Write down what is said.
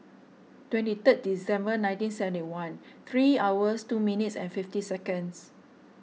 twenty third December nineteen seventy one three hours two minutes and fifty seconds